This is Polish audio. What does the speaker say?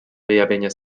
wyjawienie